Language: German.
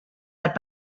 hat